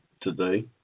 today